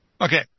Okay